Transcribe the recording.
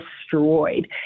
destroyed